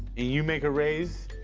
and you make a raise,